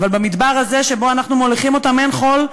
אבל במדבר הזה שבו אנחנו מוליכים אותם אין חול,